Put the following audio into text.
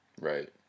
Right